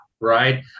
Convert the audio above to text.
right